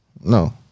No